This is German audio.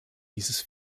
dieses